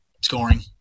scoring